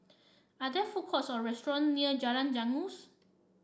are there food courts or restaurant near Jalan Janggus